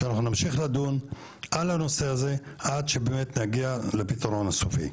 שאנחנו נמשיך לדון על הנושא הזה עד שבאמת נגיע לפתרון הסופי.